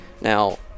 Now